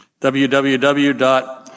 www